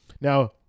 Now